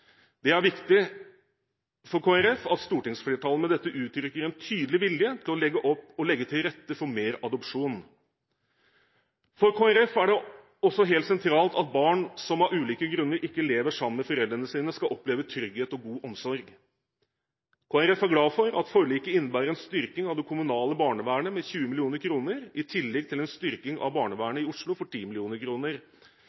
Det er viktig for Kristelig Folkeparti at stortingsflertallet med dette uttrykker en tydelig vilje til å legge til rette for mer adopsjon. For Kristelig Folkeparti er det også helt sentralt at barn som av ulike grunner ikke lever sammen med foreldrene sine, skal oppleve trygghet og god omsorg. Kristelig Folkeparti er glad for at forliket innebærer en styrking av det kommunale barnevernet på 20 mill. kr, i tillegg til en styrking av